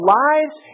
lives